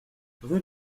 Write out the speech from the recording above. rue